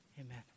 Amen